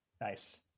Nice